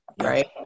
right